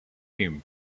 him